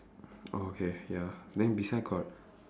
oh okay ya then beside got